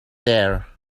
there